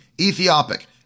Ethiopic